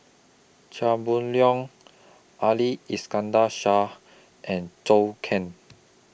Chia Boon Leong Ali Iskandar Shah and Zhou Can